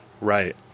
Right